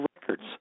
records